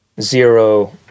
zero